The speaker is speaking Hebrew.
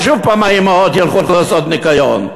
שוב פעם, האימהות ילכו לעשות ניקיון.